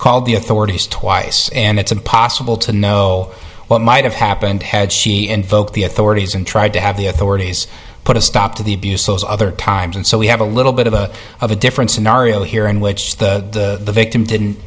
called the authorities twice and it's impossible to know what might have happened had she invoked the authorities and tried to have the authorities put a stop to the abuses other times and so we have a little bit of a of a different scenario here in which the victim didn't